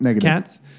Cats